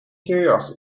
curiosity